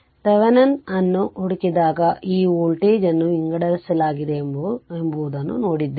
Thevenin ಅನ್ನು ಹುಡುಕಿದಾಗ ಈ ವೋಲ್ಟೇಜ್ ಅನ್ನು ವಿಂಗಡಿಸಲಾಗಿದೆಎಂಬುದನ್ನು ನೋಡಿದ್ದೇವೆ